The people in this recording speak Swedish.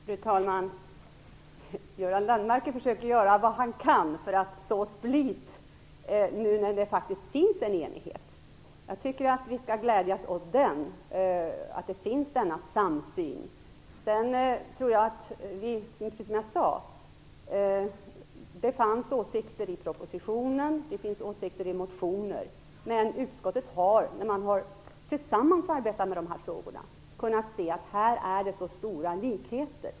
Fru talman! Göran Lennmarker försöker göra vad han kan för att så split nu när det faktiskt finns enighet. Jag tycker att vi skall glädjas åt att det finns en samsyn. Det finns, precis som jag sade, åsikter i propositionen. Det finns också åsikter i motionerna. Men utskotten har, när man tillsammans har arbetat med de här frågorna, sett att det också finns stora likheter.